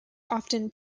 often